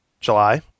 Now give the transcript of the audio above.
July